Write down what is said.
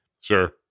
sure